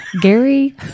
Gary